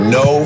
no